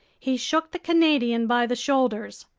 he shook the canadian by the shoulders.